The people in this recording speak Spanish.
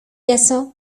eso